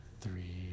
three